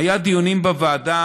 היו דיונים בוועדה.